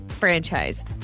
franchise